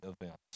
events